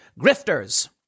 grifters